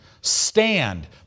Stand